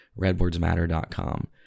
redboardsmatter.com